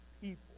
people